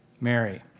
Mary